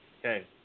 Okay